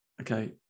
Okay